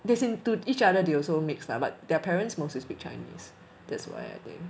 as in to each other they also mix lah but their parents mostly speak chinese that's why I think